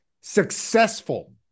successful